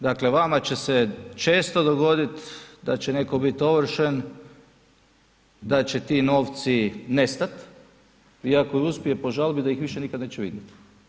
Dakle vama će se često dogodit da će netko bit ovršen, da će ti novci nestat i ako uspije po žalbi, da ih više nikad neće vidjet.